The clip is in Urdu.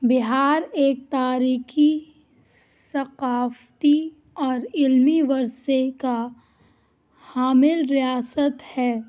بہار ایک تاریخی ثقافتی اور علمی ورثے کا حامل ریاست ہے